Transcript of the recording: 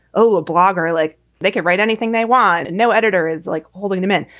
oh, a blogger. like they can write anything they want. and no editor is like holding them in.